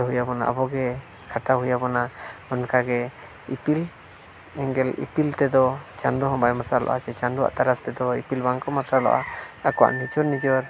ᱦᱩᱭ ᱟᱵᱚᱱ ᱟᱵᱚ ᱜᱮ ᱠᱷᱟᱴᱟᱣ ᱦᱩᱭ ᱟᱵᱚᱱᱟ ᱚᱱᱠᱟᱜᱮ ᱤᱯᱤᱞ ᱮᱸᱜᱮᱞ ᱤᱯᱤᱞ ᱛᱮᱫᱚ ᱪᱟᱸᱫᱳ ᱦᱚᱸᱵᱟᱭ ᱢᱟᱨᱥᱟᱞᱚᱜᱼᱟ ᱥᱮ ᱪᱟᱸᱫᱳᱣᱟᱜ ᱛᱟᱨᱟᱥ ᱛᱮᱫᱚ ᱤᱯᱤᱞ ᱵᱟᱝᱠᱚ ᱢᱟᱨᱥᱟᱞᱚᱜᱼᱟ ᱟᱠᱚᱣᱟᱜ ᱱᱤᱡᱮᱨᱼᱱᱤᱡᱮᱨ